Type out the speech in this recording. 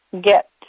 get